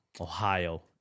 Ohio